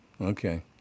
Okay